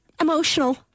emotional